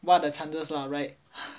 what the chances lah right